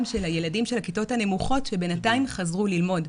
של הילדים של הכיתות הנמוכות שבינתיים חזרו ללמוד.